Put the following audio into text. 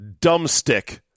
dumbstick